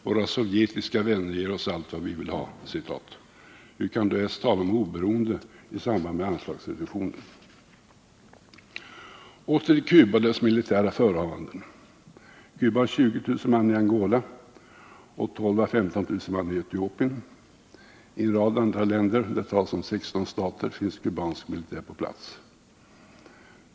”Våra sovjetiska vänner ger oss allt vad vi vill ha.” Hur kan då tala om oberoende i samband med anslagsreduktionen? Åter till Cuba och dess militära förehavanden! Cuba har 20 000 man i Angola och 12 000-15 000 i Etiopien. I en rad andra länder — det talas om 16 stater — finns kubansk militär på plats.